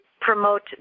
promote